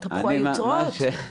התהפכו היוצרות?